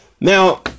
now